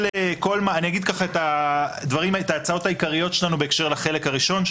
אני אגיד את ההצעות העיקריות שלנו בהקשר החלק הראשון,